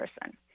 person